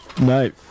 No